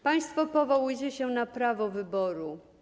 Państwo powołujecie się na prawo wyboru.